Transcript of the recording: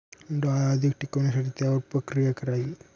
डाळ अधिक टिकवण्यासाठी त्यावर काय प्रक्रिया करावी?